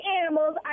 animals